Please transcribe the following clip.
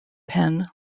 penn